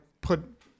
put